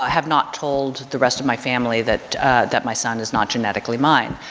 ah have not told the rest of my family that that my son is not genetically mine.